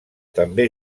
també